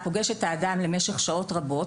הוא פוגש את האדם למשך שעות רבות,